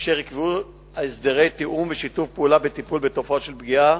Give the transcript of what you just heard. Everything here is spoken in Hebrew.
אשר יקבעו הסדרי תיאום ושיתוף פעולה בטיפול בתופעות של פגיעה